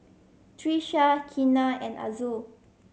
Trisha Keena and Azul